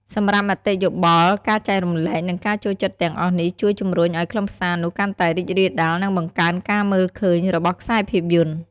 សម្រាប់មតិយោបល់ ការចែករំលែក និងការចូលចិត្តទាំងអស់នេះជួយជំរុញឱ្យខ្លឹមសារនោះកាន់តែរីករាលដាល និងបង្កើនការមើលឃើញ របស់ខ្សែភាពយន្ត។